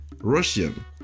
Russian